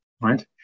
right